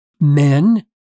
men